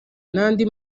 n’andi